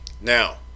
now